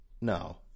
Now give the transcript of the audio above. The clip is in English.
No